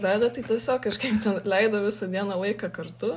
darė tai tiesiog kažkaip ten leido visą dieną laiką kartu